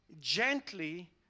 gently